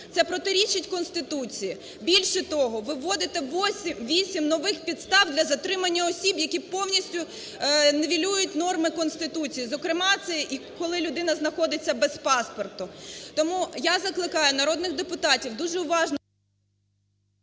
Це протирічить Конституції. Більше того, ви вводите 8 нових підстав для затримання осіб, які повністю нівелюють норми Конституції, зокрема це коли людина знаходиться без паспорту. Тому я закликаю народних депутатів дуже уважно…